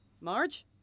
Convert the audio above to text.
Marge